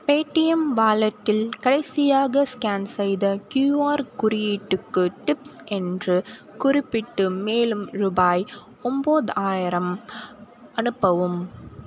Paytm வாலெட்டில் கடைசியாக scan செய்த கியூஆர் குறியீட்டுக்கு டிப்ஸ் என்று குறிப்பிட்டு மேலும் ருபாய் ஒன்பதாயிரம் அனுப்பவும்